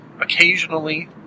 occasionally